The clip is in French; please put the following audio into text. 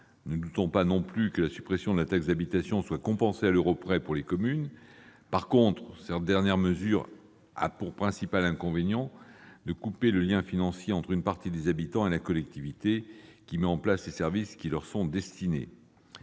Nous ne doutons pas non plus que la suppression de la taxe d'habitation sera compensée à l'euro près pour les communes. En revanche, cette dernière mesure a pour principal inconvénient de couper le lien financier entre une partie des habitants et la collectivité mettant en place les services qui leur sont destinés.